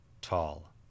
tall